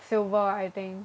silver I think